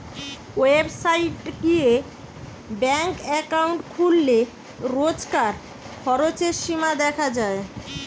website গিয়ে bank account খুললে রোজকার খরচের সীমা দেখা যায়